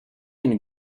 and